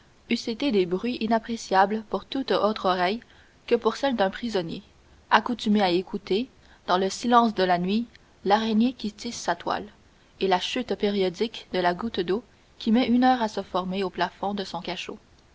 eussent été des bruits inappréciables pour toute autre oreille que pour celle d'un prisonnier accoutumé à écouter dans le silence de la nuit l'araignée qui tisse sa toile et la chute périodique de la goutte d'eau qui met une heure à se former au plafond de son cachot